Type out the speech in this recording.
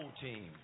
team